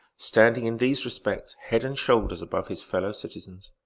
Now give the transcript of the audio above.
standing in these respects head and shoulders above his fellow-citizens.